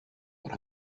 what